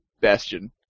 Bastion